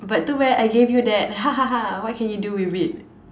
but too bad I gave you that ha ha ha what can you do with it